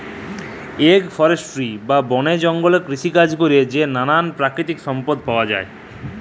agro forestry বা বলে জঙ্গলে কৃষিকাজে ক্যরে যে লালাল পাকিতিক সম্পদ পাউয়া যায়